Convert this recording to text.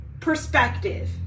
perspective